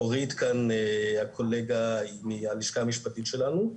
אורית כאן הקולגה היא מהלשכה המשפטית שלנו.